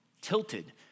tilted